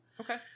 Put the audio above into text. Okay